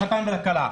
לחתן ולכלה.